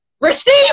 receive